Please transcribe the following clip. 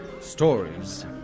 stories